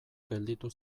gelditu